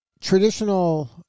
traditional